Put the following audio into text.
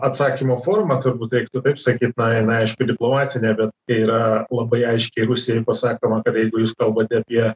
atsakymo forma turbūt reiktų taip sakyt na jinai aišku diplomatinė bet yra labai aiškiai rusijai pasakoma kad jeigu jūs kalbate apie